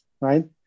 right